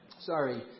Sorry